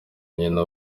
nyina